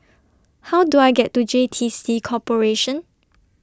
How Do I get to J T C Corporation